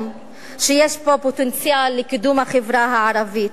שיש בו פוטנציאל לקידום החברה הערבית.